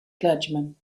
clergyman